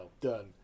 Done